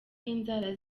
inzara